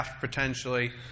potentially